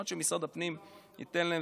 עד שמשרד הפנים ייתן להם.